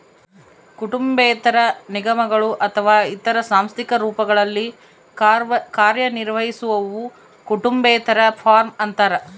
ಕುಟುಂಬೇತರ ನಿಗಮಗಳು ಅಥವಾ ಇತರ ಸಾಂಸ್ಥಿಕ ರೂಪಗಳಲ್ಲಿ ಕಾರ್ಯನಿರ್ವಹಿಸುವವು ಕುಟುಂಬೇತರ ಫಾರ್ಮ ಅಂತಾರ